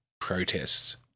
protests